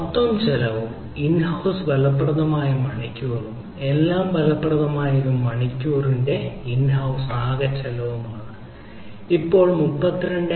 മൊത്തം ചെലവും in house ഫലപ്രദമായ മണിക്കൂറും എല്ലാം ഫലപ്രദമായ ഒരു മണിക്കൂറിന് ഇൻ ഹൌസ് ആകെ ചെലവാകും ഇപ്പോഴും ഇത് ഇൻ ഹൌസ്ലുണ്ട് ഇപ്പോഴും ഇത് 32